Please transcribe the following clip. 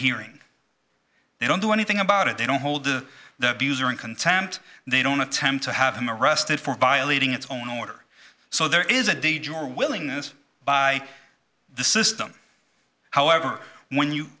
hearing they don't do anything about it they don't hold to the abuser in contempt they don't attempt to have him arrested for violating its own order so there is a danger willingness by the system however when you